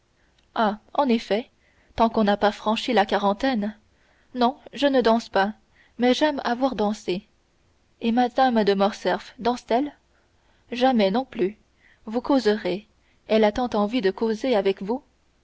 ah en effet tant qu'on n'a pas franchi la quarantaine non je ne danse pas mais j'aime à voir danser et mme de morcerf danse t elle jamais non plus vous causerez elle a tant envie de causer avec vous